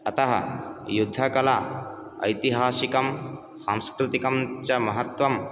अतः युद्धकला ऐतिहासिकं सांस्कृतिकं च महत्वं